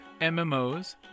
MMOs